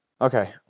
Okay